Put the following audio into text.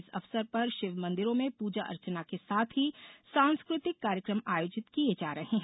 इस अवसर पर शिवमंदिरों में पूजा अर्चना के साथ ही सांस्कृतिक कार्यक्रम आयोजित किये जा रहे हैं